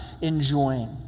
enjoying